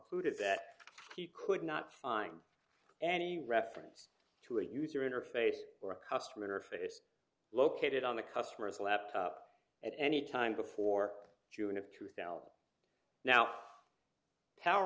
included that he could not find any reference to a user interface or a custom interface located on the customer's laptop at any time before june of two thousand now pow